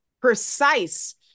precise